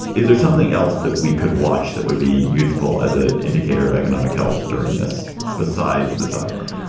is there something else that we could watch that would be useful as a indicator of economic health during this besides the stock market?